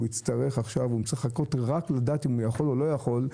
צריך רק לחכות לדעת אם הוא יכול או לא יכול,